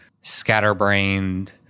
scatterbrained